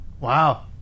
Wow